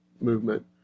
movement